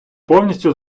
повністю